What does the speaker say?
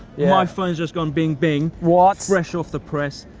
yeah my phone's just gone bing bing, what? fresh off the press.